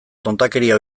tontakeria